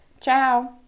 Ciao